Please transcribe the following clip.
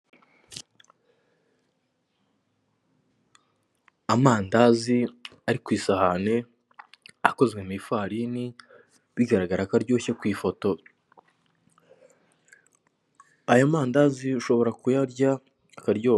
Amapaki ane imwe irimo amakeke indi irimo amandazi. Bigiye bigabanyije mu buryo bubiri atandatu na cumi na kabiri.